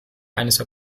eines